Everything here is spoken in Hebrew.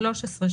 13,